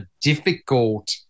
difficult